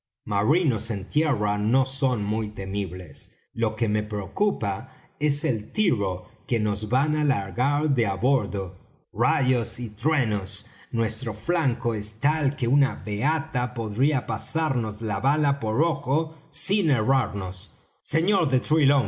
en tierra no son muy temibles lo que me preocupa es el tiro que nos van á largar de á bordo rayos y truenos nuestro flanco es tal que una beata podía pasarnos la bala por ojo sin errarnos sr de